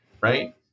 right